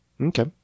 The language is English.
Okay